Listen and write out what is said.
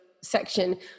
section